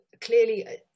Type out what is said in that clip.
clearly